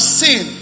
sin